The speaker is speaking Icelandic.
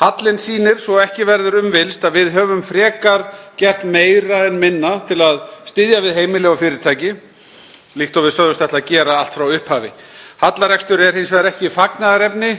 Hallinn sýnir svo ekki verður um villst að við höfum frekar gert meira en minna til að styðja við heimili og fyrirtæki, líkt og við sögðumst ætla að gera allt frá upphafi. Hallarekstur er hins vegar ekki fagnaðarefni.